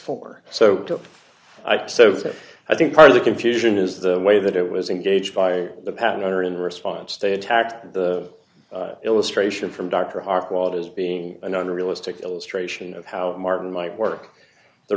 for so so i think part of the confusion is the way that it was engaged by the patent owner in response to a attack the illustration from dr hochwald as being an unrealistic illustration of how martin might work the